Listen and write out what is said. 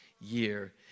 year